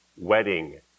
wedding